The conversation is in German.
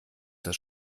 das